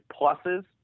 pluses